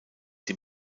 dem